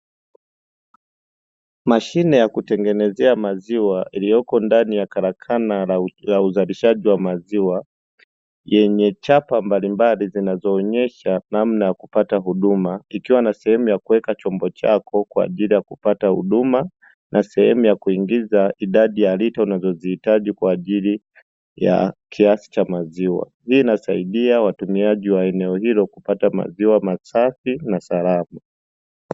Mashine ya kutengeneza maziwa iliyoko ndani ya karakana ya uzalishaji wa maziwa, yenye chapa mbalimbali zinazoonyesha namna ya kupata huduma ikiwa na sehemu ya kuweka chombo chako kwa ajili ya kupata huduma na sehemu ya kuingiza idadi ya aliitwa unazozihitaji kwa ajili ya kiasi cha maziwa, hii inasaidia watumiaji wa eneo hilo kupata maziwa masafi na salamu.